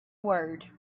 word